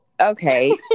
Okay